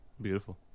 Beautiful